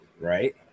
Right